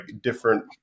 different